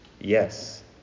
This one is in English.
Yes